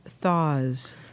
thaws